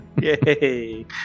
Yay